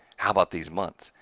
how about these months?